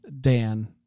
Dan